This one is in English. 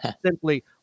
simply